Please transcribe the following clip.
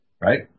right